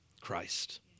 Christ